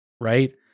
right